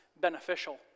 beneficial